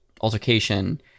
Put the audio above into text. altercation